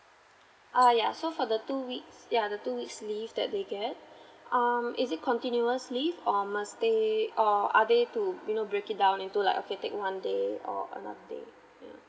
oh yeah so for the two weeks yeah the two weeks leave that they get um is it continuous leave or must they or are they to you know break it down into like okay take one day or another day yeah